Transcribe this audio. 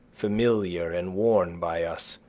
familiar and worn by us,